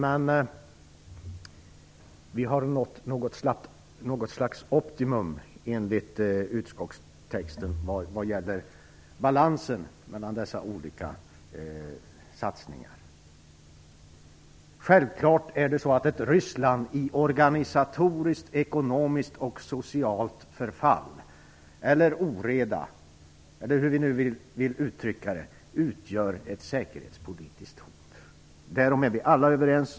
Enligt utskottstexten har vi dock nått något slags optimum vad gäller balansen mellan dessa olika satsningar. Ett Ryssland i organisatoriskt, ekonomiskt och socialt förfall eller i oreda eller hur vi nu vill uttrycka det utgör självfallet ett säkerhetspolitiskt hot. Därom är vi alla överens.